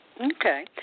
Okay